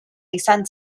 izan